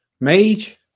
Mage